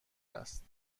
است